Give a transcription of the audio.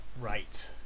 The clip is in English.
Right